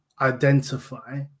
identify